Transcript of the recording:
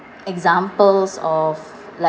examples of